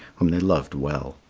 whom they loved well.